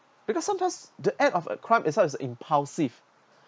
because sometimes the act of a crime is out of impulsive